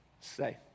say